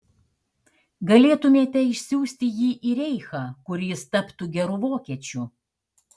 galėtumėte išsiųsti jį į reichą kur jis taptų geru vokiečiu